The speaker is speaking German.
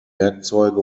werkzeuge